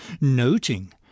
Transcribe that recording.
noting